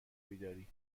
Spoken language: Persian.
بیداری